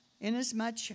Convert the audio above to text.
Inasmuch